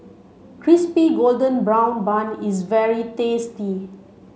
crispy golden brown bun is very tasty